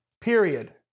period